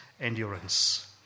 endurance